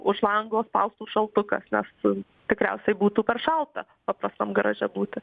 už lango spaustų šaltukas nes tikriausiai būtų per šalta paprastam garaže būti